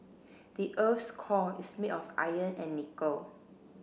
the earth's core is made of iron and nickel